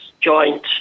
joint